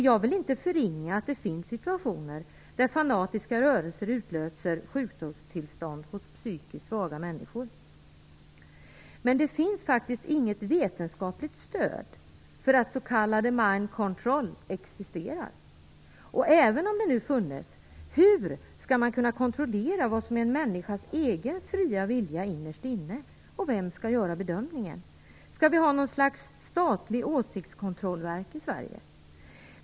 Jag vill inte förringa att det finns situationer där fanatiska rörelser utlöser sjukdomstillstånd hos psykiskt svaga människor, men det finns faktiskt inget vetenskapligt stöd för att s.k. mind control existerar. Även om det nu funnes något sådant, hur skall man kunna kontrollera vad som innerst inne är en människas egen fria vilja, och vem skall göra bedömningen? Skall vi ha något slags statligt åsiktskontrollverk i Sverige?